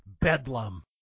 bedlam